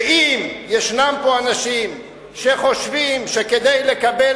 ואם ישנם פה אנשים שחושבים שכדי לקבל